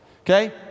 okay